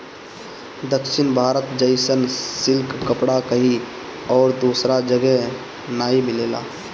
दक्षिण भारत जइसन सिल्क कपड़ा कहीं अउरी दूसरा जगही नाइ मिलेला